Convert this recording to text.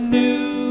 new